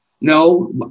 No